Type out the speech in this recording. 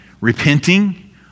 repenting